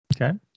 Okay